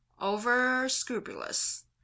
over-scrupulous